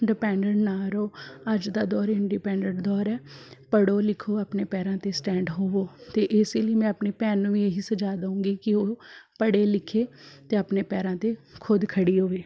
dependent ਨਾ ਰਹੋ ਅੱਜ ਦਾ ਦੌਰ ਇੰਡੀਪੈਂਡੈਂਟ ਦੌਰ ਹੈ ਪੜ੍ਹੋ ਲਿਖੋ ਆਪਣੇ ਪੈਰਾਂ 'ਤੇ ਸਟੈਂਡ ਹੋਵੋ ਅਤੇ ਇਸੇ ਲਈ ਮੈਂ ਆਪਣੀ ਭੈਣ ਨੂੰ ਵੀ ਇਹੀ ਸੁਝਾਅ ਦਊਂਗੀ ਕਿ ਉਹ ਪੜ੍ਹੇ ਲਿਖੇ ਅਤੇ ਆਪਣੇ ਪੈਰਾਂ 'ਤੇ ਖੁਦ ਖੜੀ ਹੋਵੇ